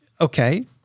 okay